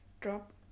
drop